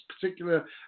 particular